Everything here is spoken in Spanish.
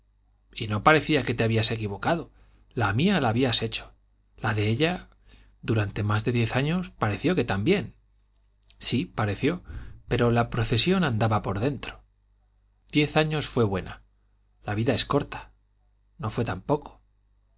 y no parecía que te habías equivocado la mía la habías hecho la de ella durante más de diez años pareció que también sí pareció pero la procesión andaba por dentro diez años fue buena la vida es corta no fue tan poco